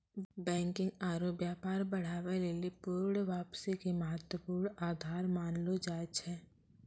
banking आरु व्यापार बढ़ाबै लेली पूर्ण वापसी के महत्वपूर्ण आधार मानलो जाय छै